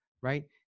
right